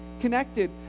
connected